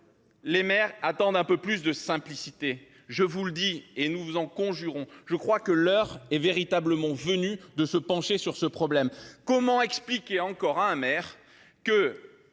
Les maires attendent un peu plus de simplicité. Je vous le dis et nous vous en conjurons. Je crois que l'heure est venue de se pencher sur ce problème. Comment expliquer à un maire les